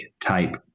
type